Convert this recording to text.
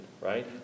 right